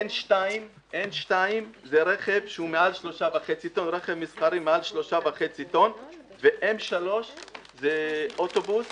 N 2 זה רכב מסחרי מעל 3.5 טון, ו-M3 זה אוטובוס